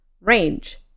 Range